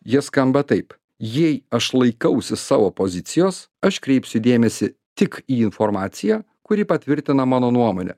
jie skamba taip jei aš laikausi savo pozicijos aš kreipsiu dėmesį tik į informaciją kuri patvirtina mano nuomonę